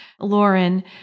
Lauren